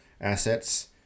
assets